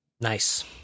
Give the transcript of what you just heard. Nice